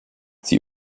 sie